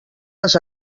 les